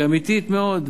היא אמיתית מאוד,